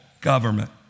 government